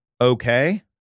okay